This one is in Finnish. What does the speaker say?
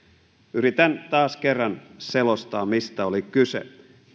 yritän taas kerran selostaa mistä oli kyse